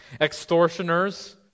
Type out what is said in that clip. extortioners